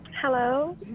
Hello